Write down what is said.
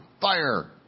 fire